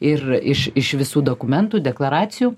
ir iš iš visų dokumentų deklaracijų